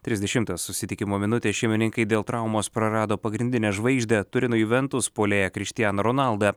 trisdešimtą susitikimo minutę šeimininkai dėl traumos prarado pagrindinę žvaigždę turino juventus puolėją krištianą ronaldą